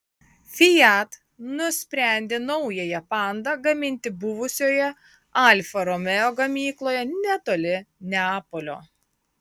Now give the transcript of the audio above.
fiat nusprendė naująją panda gaminti buvusioje alfa romeo gamykloje netoli neapolio